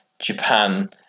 Japan